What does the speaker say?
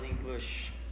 English